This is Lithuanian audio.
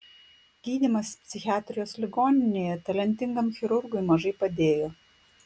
gydymas psichiatrijos ligoninėje talentingam chirurgui mažai padėjo